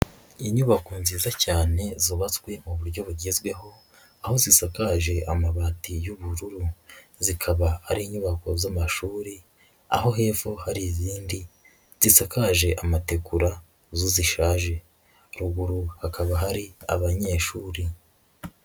Inyubako nziza cyane zubatswe mu buryo bugezweho, aho zisakaje amabati y'ubururu, zikaba ari inyubako z'amashuri, aho hepfo hari izindi zisakaje amategura zo zishaje, ruguru hakaba hari abanyeshuri.